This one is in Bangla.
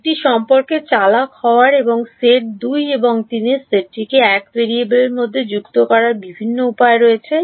এটি সম্পর্কে চালাক হওয়ার এবং সেট 2 এবং 3 সেটটিকে এক ভেরিয়েবলের মধ্যে সংযুক্ত করার বিভিন্ন উপায় রয়েছে